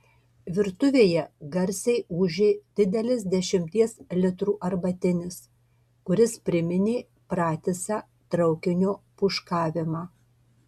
virtuvėje garsiai ūžė didelis dešimties litrų arbatinis kuris priminė pratisą traukinio pūškavimą